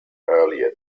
earlier